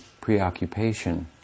preoccupation